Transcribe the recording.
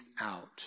out